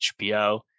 HBO